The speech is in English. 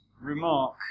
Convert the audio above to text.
remark